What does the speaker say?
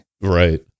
Right